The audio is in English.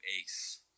ace